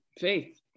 Faith